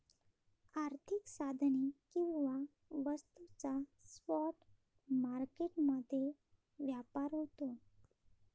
आर्थिक साधने किंवा वस्तूंचा स्पॉट मार्केट मध्ये व्यापार होतो